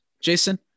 Jason